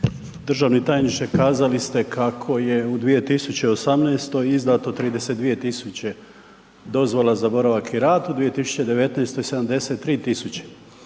Državni tajniče kazali ste kako je u 2018. izdato 32.000 dozvola za boravak i rad, u 2019. 73.000.